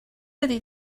ydy